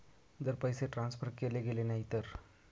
जर पैसे ट्रान्सफर केले गेले नाही तर?